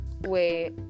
Wait